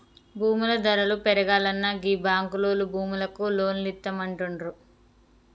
భూముల ధరలు పెరుగాల్ననా గీ బాంకులోల్లు భూములకు లోన్లిత్తమంటుండ్రు